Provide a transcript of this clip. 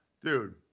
dude